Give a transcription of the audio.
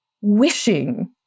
wishing